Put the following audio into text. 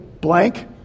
blank